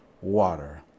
water